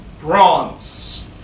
bronze